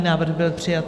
Návrh byl přijat.